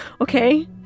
Okay